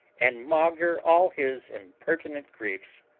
and maugre all his impertinent griefs,